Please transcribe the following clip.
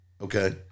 Okay